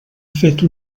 fet